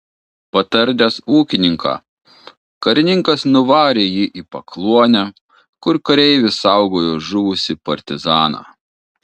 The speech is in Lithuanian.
patardęs ūkininką karininkas nuvarė jį į pakluonę kur kareivis saugojo žuvusį partizaną